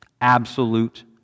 Absolute